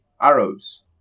arrows